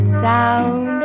sound